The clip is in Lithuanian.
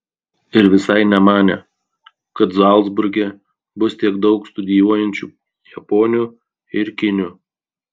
ir visai nemanė kad zalcburge bus tiek daug studijuojančių japonių ir kinių